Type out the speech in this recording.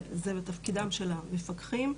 זה תפקידם של המפקחים.